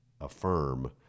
affirm